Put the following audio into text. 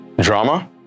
Drama